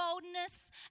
boldness